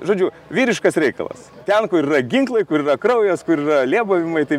žodžiu vyriškas reikalas ten kur yra ginklai kur yra kraujas kur yra lėbavimai tai